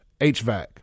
HVAC